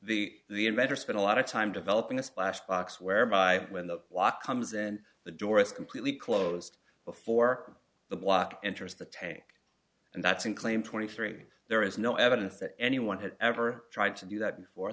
the inventor spent a lot of time developing a splash box whereby when the lock comes in the door it's completely closed before the block enters the tank and that's in claim twenty three there is no evidence that anyone had ever tried to do that before